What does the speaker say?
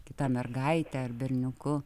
kita mergaite ar berniuku